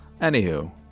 Anywho